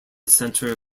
center